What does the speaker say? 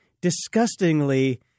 disgustingly